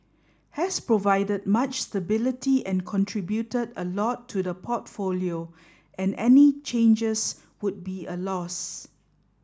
has provided much stability and contributed a lot to the portfolio and any changes would be a loss